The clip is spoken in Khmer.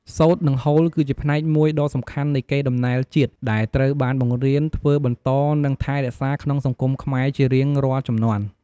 សូត្រ និងហូលគឺជាផ្នែកមួយដ៏សំខាន់នៃកេរដំណែលជាតិ ដែលត្រូវបានបង្រៀន ធ្វើបន្ត និងថែរក្សាក្នុងសង្គមខ្មែរជារៀងរាល់ជំនាន់។